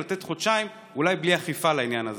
ולתת חודשיים אולי בלי אכיפה לעניין הזה,